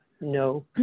no